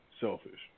selfish